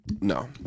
No